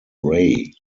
ray